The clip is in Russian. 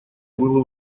было